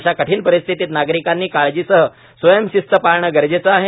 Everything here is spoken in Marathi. अशा कठीण परिस्थितीत नागरिकांनी काळजीसह स्वयंशिस्त पाळणे गरजेचं आहे